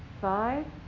five